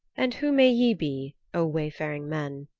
and who may ye be, o wayfaring men?